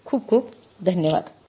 खूप खूप धन्यवाद